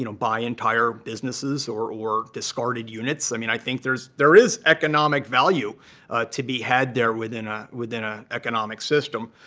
you know buy entire businesses or or discarded units. i mean, i think there is there is economic value to be had there within ah an ah economic system.